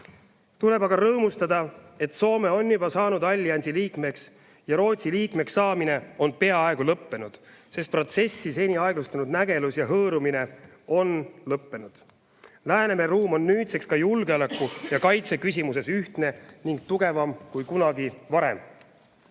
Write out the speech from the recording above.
Tuleb aga ka rõõmustada, et Soome on juba saanud alliansi liikmeks ja Rootsi liikmeks saamine on peaaegu lõppenud, sest protsessi seni aeglustanud nägelus ja hõõrumine on peaaegu lõppenud. Läänemere ruum on nüüdseks ka julgeoleku ja kaitse küsimuses ühtne ning tugevam kui kunagi varem.